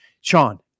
Sean